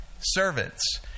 servants